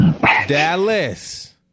Dallas